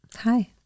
Hi